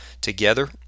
together